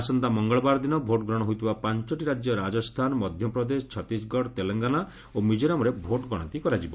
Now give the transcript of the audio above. ଆସନ୍ତା ମଙ୍ଗଳବାର ଦିନ ଭୋଟ୍ଗ୍ରହଣ ହୋଇଥିବା ପାଞ୍ଚଟି ରାଜ୍ୟ ରାଜସ୍ଥାନ ମଧ୍ୟପ୍ରଦେଶ ଛତିଶଗଡ଼ ତେଲେଙ୍ଗାନା ଓ ମିଜୋରାମରେ ଭୋଟ୍ ଗଣତି କରାଯିବ